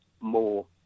more